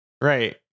Right